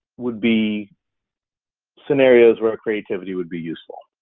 would be scenarios where creativity would be useful?